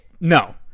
No